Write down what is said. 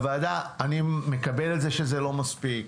אני מקבל את זה שזה לא מספיק.